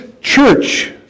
church